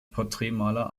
porträtmaler